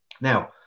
Now